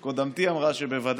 היו נוכחים במליאה ומאזינים קצת.